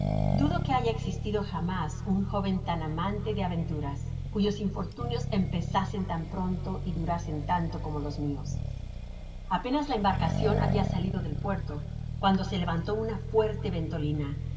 dudo que haya existido jamás un joven tan amante de aventuras cuyos infortunios empezases tan pronto y durasen tanto como los míos apenas la embarcacion habia salido del puerto cuando se levantó una fuerte ventolina